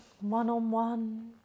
one-on-one